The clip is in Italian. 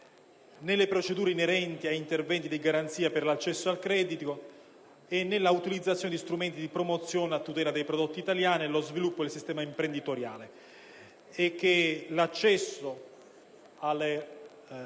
nelle procedure inerenti a interventi di garanzia per l'accesso al credito e nell'autorizzazione di strumenti di promozione a tutela dei prodotti italiani e dello sviluppo del sistema imprenditoriale.